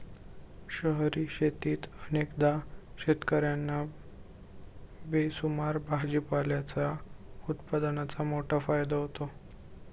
शहरी शेतीत अनेकदा शेतकर्यांना बेसुमार भाजीपाल्याच्या उत्पादनाचा मोठा फायदा होतो